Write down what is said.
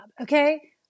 Okay